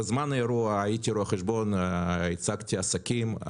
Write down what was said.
בזמן האירוע, הייתי רואה חשבון, הצגתי עסקים.